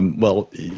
and well,